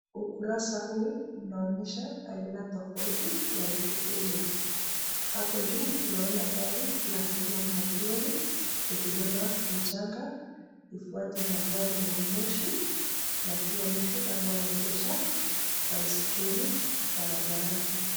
Ukurasa huu unaonyesha aina tofauti ya uchukuzi. Hapo juu tunaona gari na aina ya lori likibeba mchanga, lifuatiwe na gari la moshi na pia mtu anayeendesha baiskeli barabarani.